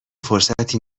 فرصتی